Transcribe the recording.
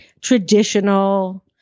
traditional